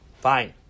fine